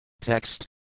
Text